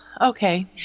okay